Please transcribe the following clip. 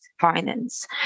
finance